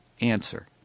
answer